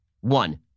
One